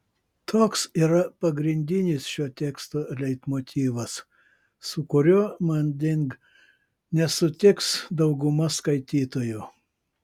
toks yra pagrindinis šio teksto leitmotyvas su kuriuo manding nesutiks dauguma skaitytojų